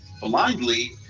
blindly